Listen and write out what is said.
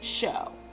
show